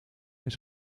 eens